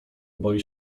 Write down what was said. boi